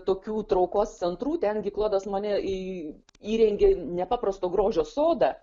tokių traukos centrų ten klodas monė į įrengė nepaprasto grožio sodą